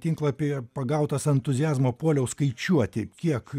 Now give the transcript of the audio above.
tinklapį pagautas entuziazmo puoliau skaičiuoti kiek